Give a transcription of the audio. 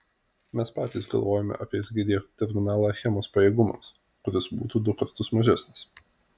mes patys galvojome apie sgd terminalą achemos pajėgumams kuris būtų du kartus mažesnis